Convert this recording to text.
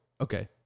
Okay